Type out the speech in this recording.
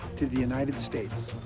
to the united states.